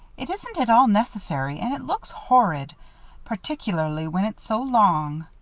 it isn't at all necessary and it looks horrid particularly when it's so long.